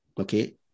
okay